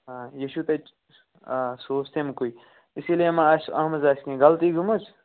آ یہِ چھُ تَتہِ آ سُہ اوس تَمکُے اِسی لیے ما آسہِ اَتھ منٛز آسہِ کیٚنٛہہ غلطی گٔمٕژ